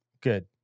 Good